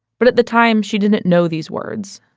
but, at the time, she didn't know these words.